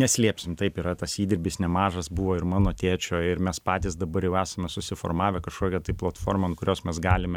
neslėpsim taip yra tas įdirbis nemažas buvo ir mano tėčio ir mes patys dabar jau esame susiformavę kažkokią tai platformą ant kurios mes galime